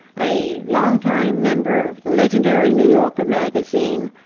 a long time member of the legendary new yorker magazine,